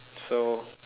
so